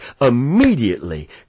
immediately